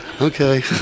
Okay